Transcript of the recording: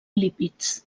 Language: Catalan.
lípids